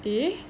eh